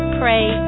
pray